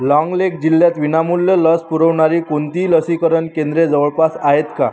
लॉँगलेग जिल्ह्यात विनामूल्य लस पुरवणारी कोणतीही लसीकरण केंद्रे जवळपास आहेत का